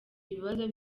ibibazo